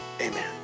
Amen